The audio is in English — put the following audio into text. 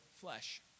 flesh